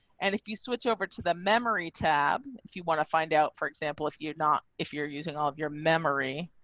and if you switch over to the memory tab. if you want to find out. for example, if you're not if you're using of your memory.